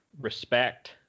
respect